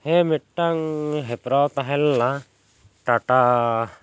ᱦᱮᱸ ᱢᱤᱫᱴᱟᱝ ᱦᱮᱯᱨᱟᱣ ᱛᱟᱦᱮᱸ ᱞᱮᱱᱟ ᱴᱟᱴᱟ